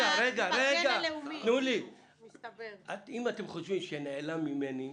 אם אתם חושבים שנעלם ממני,